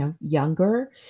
younger